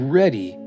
ready